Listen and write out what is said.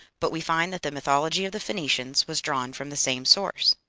but we find that the mythology of the phoenicians was drawn from the same source.